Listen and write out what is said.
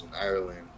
Ireland